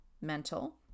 mental